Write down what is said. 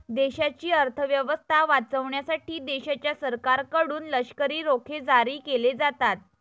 देशाची अर्थ व्यवस्था वाचवण्यासाठी देशाच्या सरकारकडून लष्करी रोखे जारी केले जातात